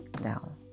down